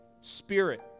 spirit